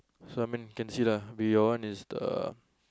so I mean can see lah your one is the